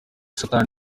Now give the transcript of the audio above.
satan